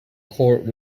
corps